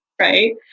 right